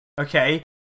okay